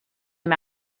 him